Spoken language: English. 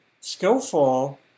skillful